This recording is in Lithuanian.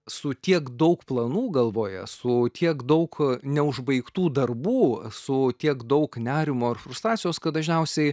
su tiek daug planų galvoje su tiek daug neužbaigtų darbų su tiek daug nerimo ar frustracijos kad dažniausiai